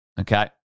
Okay